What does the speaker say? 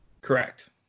Correct